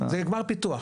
זה כבר פיתוח,